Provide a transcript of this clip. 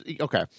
okay